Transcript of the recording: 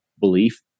belief